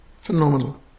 Phenomenal